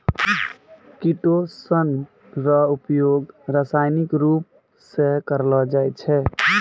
chitosan रो उपयोग रासायनिक रुप से करलो जाय छै